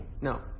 No